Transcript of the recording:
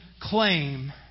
claim